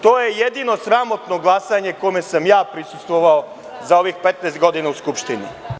To je jedino sramotno glasanje kome sam ja prisustvovao za ovih 15 godina u Skupštini.